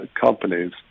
companies